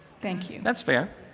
thank you. that's fair.